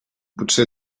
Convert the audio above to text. potser